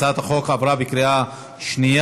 הצעת החוק עברה בקריאה שנייה.